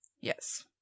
yes